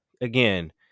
again